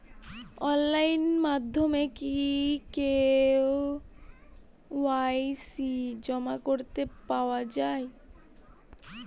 Online মাধ্যমে কি KYC জমা করে দেওয়া য়ায়?